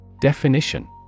Definition